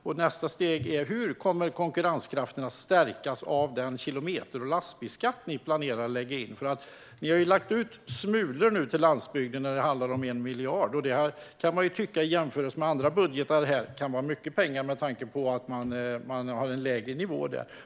Och i nästa steg: Hur kommer konkurrenskraften att stärkas av den kilometer och lastbilsskatt ni planerar att införa? Ni har nu lagt ut smulor till landsbygden: 1 miljard. I jämförelse med andra budgetar kan man tycka att det är mycket pengar med tanke på att man har en lägre nivå där.